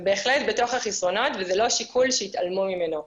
זה בהחלט בתוך החסרונות וזה לא שיקול שהתעלמו ממנו,